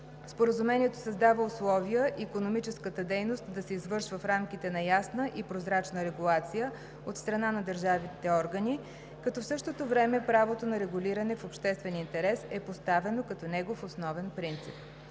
Споразумението създава условия икономическата дейност да се извършва в рамките на ясна и прозрачна регулация от страна на държавните органи, като в същото време правото на регулиране в обществен интерес е поставено като негов основен принцип.